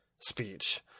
Speech